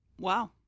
Wow